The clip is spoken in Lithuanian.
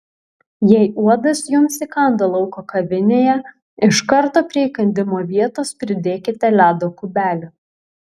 jei uodas jums įkando lauko kavinėje iš karto prie įkandimo vietos pridėkite ledo kubelį